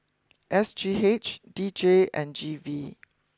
S G H D J and G V